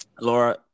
Laura